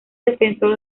defensor